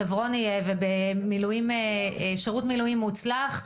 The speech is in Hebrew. חברוני ושירות מילואים מוצלח,